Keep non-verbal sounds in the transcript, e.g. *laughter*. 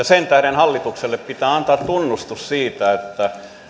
*unintelligible* sen tähden hallitukselle pitää antaa tunnustus siitä että